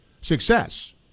success